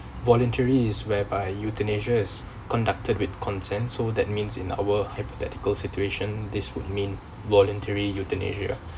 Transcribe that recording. voluntary is whereby euthanasia is conducted with consent so that means in our hypothetical situation this would mean voluntary euthanasia